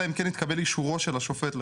אלא אם כן התקבל אישורו של השופט לכך.